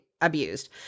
abused